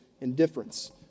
indifference